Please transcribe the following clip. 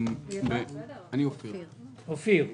אני מן הלשכה המשפטית.